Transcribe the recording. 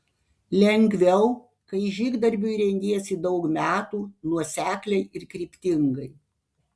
lengviau kai žygdarbiui rengiesi daug metų nuosekliai ir kryptingai